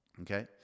Okay